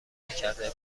نکرده